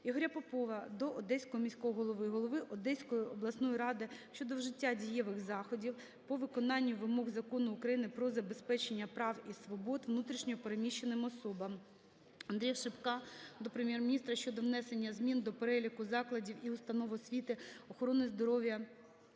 Ігоря Попова до Одеського міського голови, голови Одеської обласної ради щодо вжиття дієвих заходів по виконанню вимог Закону України "Про забезпечення прав і свобод внутрішньо переміщених особам". Андрія Шипка до Прем'єр-міністра щодо внесення змін до "Переліку закладів і установ освіти, охорони здоров'я